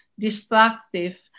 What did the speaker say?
destructive